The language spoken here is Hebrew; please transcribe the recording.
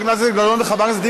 חברת הכנסת גלאון וחברת הכנסת,